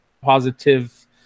positive